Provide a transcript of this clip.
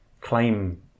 claim